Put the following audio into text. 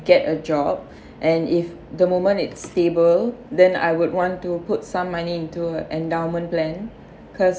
get a job and if the moment it's stable then I would want to put some money into endowment plan cause